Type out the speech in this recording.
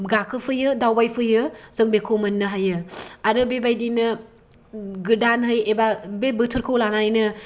गाखौफैयो दावबायफैयो जों बेखौ मोननो हायो आरो बेबायदिनो गोदानै एबा बे बोथोरखौ लानानैनो